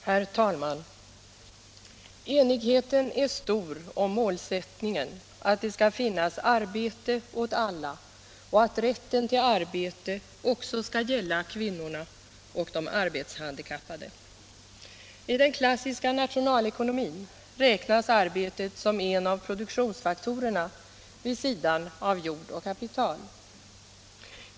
Herr talman! Enigheten är stor om målsättningen att det skall finnas arbete åt alla och att rätten till arbete också skall gälla kvinnorna och de arbetshandikappade. Den klassiska nationalekonomin räknar arbetet som en av produktionsfaktorerna vid sidan av jord och kapital.